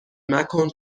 مکن